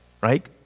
right